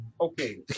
Okay